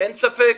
אין ספק,